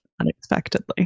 unexpectedly